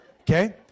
Okay